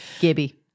Gibby